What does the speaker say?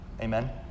Amen